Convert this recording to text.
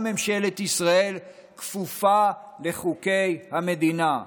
גם ממשלת ישראל כפופה לחוקי המדינה.